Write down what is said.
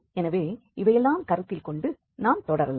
எனவே இவையெல்லாம் கருத்தில்கொண்டு நாம் தொடரலாம்